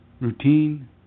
routine